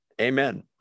amen